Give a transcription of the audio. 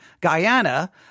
Guyana